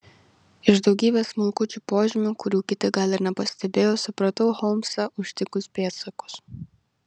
iš daugybės smulkučių požymių kurių kiti gal ir nepastebėjo supratau holmsą užtikus pėdsakus